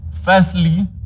Firstly